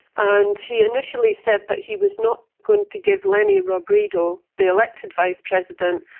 and he initially said that he was not going to give leni robredo, the elected vice president,